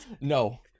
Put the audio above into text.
no